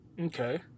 Okay